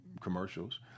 commercials